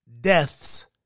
deaths